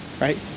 right